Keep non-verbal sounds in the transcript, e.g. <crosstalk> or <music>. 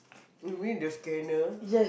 you mean the scanner <noise>